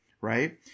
right